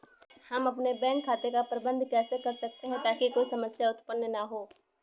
हम अपने बैंक खाते का प्रबंधन कैसे कर सकते हैं ताकि कोई समस्या उत्पन्न न हो?